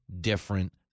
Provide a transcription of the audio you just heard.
different